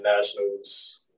nationals